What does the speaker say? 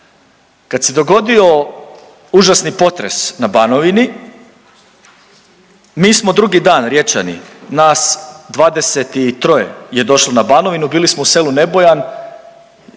Kad se dogodio užasni potres na Banovini mi smo drugi dan Riječani, nas 23 je došlo na Banovinu bili smo u selu Nebojan,